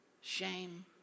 shame